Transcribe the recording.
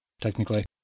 technically